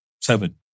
Seven